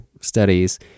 studies